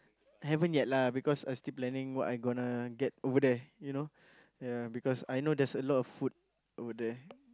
haven't yet lah because I still planning what I gonna get over there you know ya because I know there's a lot of food over there